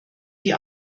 die